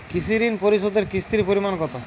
কৃষি ঋণ পরিশোধের কিস্তির পরিমাণ কতো?